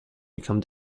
become